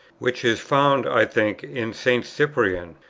which is found, i think, in st. cyprian,